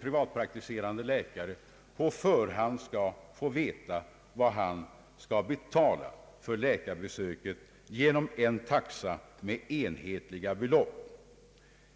privatpraktiserande läkare på förhand får veta vad han skall betala för läkarbesöket genom en taxa med enhetliga belopp.